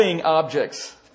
objects